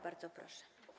Bardzo proszę.